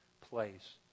place